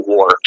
War